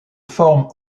forme